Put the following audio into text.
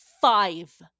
Five